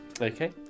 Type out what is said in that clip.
Okay